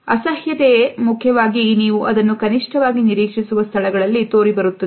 ಅಸಹ್ಯ ತೆ ಮುಖ್ಯವಾಗಿ ನೀವು ಅದನ್ನು ಕನಿಷ್ಠವಾಗಿ ನಿರೀಕ್ಷಿಸುವ ಸ್ಥಳಗಳಲ್ಲಿ ತೋರಿಬರುತ್ತದೆ